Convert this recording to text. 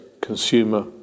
consumer